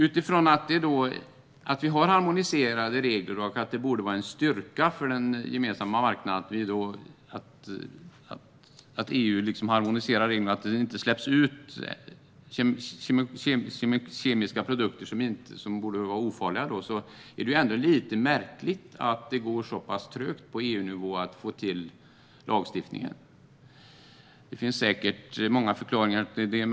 Att vi har harmoniserade regler inom EU borde vara en styrka för den gemensamma marknaden, så att farliga kemikalier inte släpps ut. Men det är ändå lite märkligt att det går så pass trögt på EU-nivå att få till denna lagstiftning. Det finns säkert många förklaringar till detta.